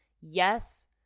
Yes